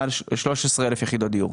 מעל 13,000 יחידות דיור.